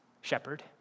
shepherd